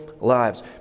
lives